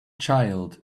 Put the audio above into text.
child